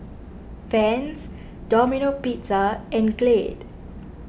Vans Domino Pizza and Glade